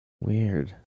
Weird